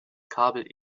kabel